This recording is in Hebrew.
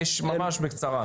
תן משפט אחד, כי יש, ממש בקצרה.